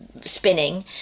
Spinning